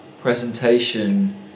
presentation